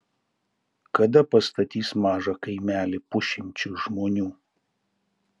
kada pastatys mažą kaimelį pusšimčiui žmonių